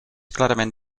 clarament